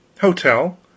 Hotel